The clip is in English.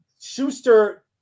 Schuster